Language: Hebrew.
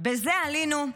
בזה עלינו.